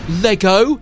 Lego